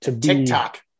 TikTok